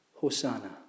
Hosanna